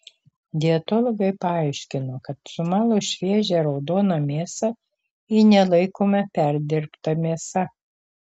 dietologai paaiškino kad sumalus šviežią raudoną mėsą ji nelaikoma perdirbta mėsa